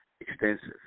extensive